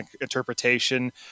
interpretation